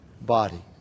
body